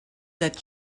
that